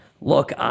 Look